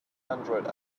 android